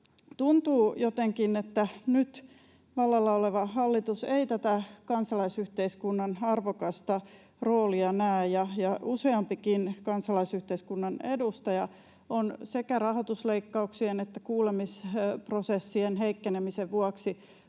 Tuntuu jotenkin, että nyt vallalla oleva hallitus ei tätä kansalaisyhteiskunnan arvokasta roolia näe, ja useampikin kansalaisyhteiskunnan edustaja on sekä rahoitusleikkauksien että kuulemisprosessien heikkenemisen vuoksi